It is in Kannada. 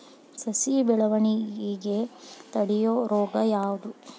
ಸಸಿ ಬೆಳವಣಿಗೆ ತಡೆಯೋ ರೋಗ ಯಾವುದು?